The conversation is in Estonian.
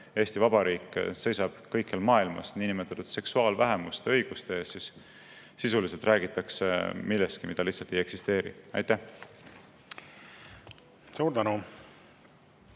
Eesti Vabariik seisab kõikjal maailmas niinimetatud seksuaalvähemuste õiguste eest, siis sisuliselt räägitakse millestki, mida lihtsalt ei eksisteeri. Aitäh!